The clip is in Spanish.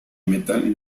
metal